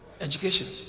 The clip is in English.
education